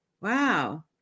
wow